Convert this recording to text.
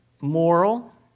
moral